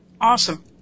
awesome